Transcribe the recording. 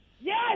Yes